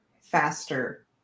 faster